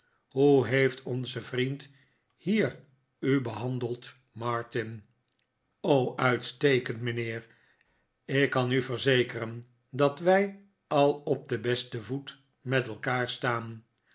hoe heeft onze vriend hier u behandeld martin uitstekend mijnheer ik kan u verzekeren dat wij al op den besten voet met elkaar staan